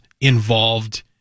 involved